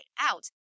out